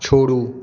छोड़ू